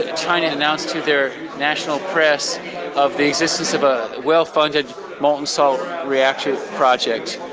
china announced to their national press of the existence of a well funded molten salt reactor project.